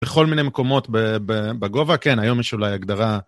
בכל מיני מקומות בגובה, כן, היום יש אולי הגדרה.